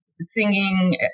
singing